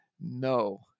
no